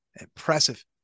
Impressive